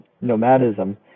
nomadism